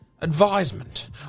advisement